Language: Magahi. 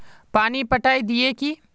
पानी पटाय दिये की?